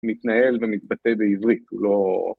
‫מתנהל ומתבטא בעברית, הוא לא...